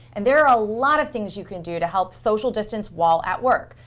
and there are a lot of things you can do to help social distance while at work.